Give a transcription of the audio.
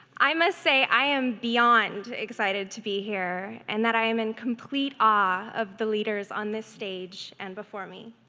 i must say i am beyond excited to be here, and that i am in complete awe of the leaders on this stage and before me.